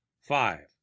five